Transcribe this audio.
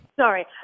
Sorry